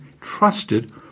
trusted